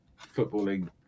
footballing